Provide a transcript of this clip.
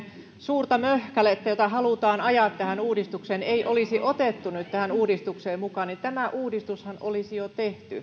suurta möhkälettä jota halutaan ajaa tähän uudistukseen ei olisi otettu nyt tähän uudistukseen mukaan niin tämä uudistushan olisi jo tehty